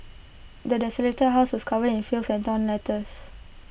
the desolated house was covered in filth and torn letters